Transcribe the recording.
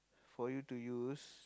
for you to use